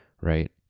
right